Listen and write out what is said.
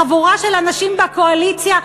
חבורה של אנשים בקואליציה,